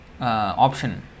option